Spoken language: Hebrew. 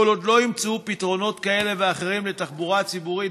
כל עוד לא ימצאו פתרונות כאלה ואחרים לתחבורה הציבורית